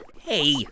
Hey